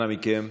אנא מכם.